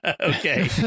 Okay